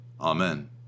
Amen